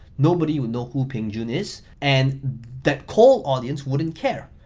nobody would know who peng joon is, and that cold audience wouldn't care.